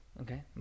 Okay